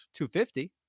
250